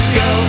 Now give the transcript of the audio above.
go